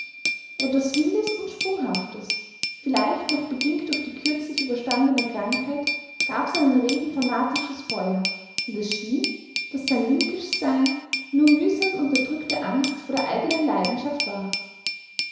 etwas wildes und sprunghaftes vielleicht noch bedingt durch die kürzlich überstandene krankheit gab seinen reden fanatisches feuer und es schien daß sein linkischsein nur mühsam unterdrückte angst vor der eigenen leidenschaft war